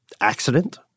accident